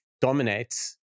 dominates